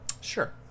Sure